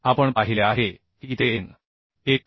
आपण पाहिले आहे की तेn 1